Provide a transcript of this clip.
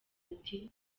ati